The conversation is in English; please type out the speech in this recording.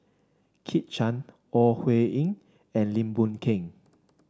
Kit Chan Ore Huiying and Lim Boon Keng